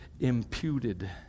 imputed